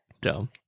Dumb